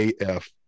AF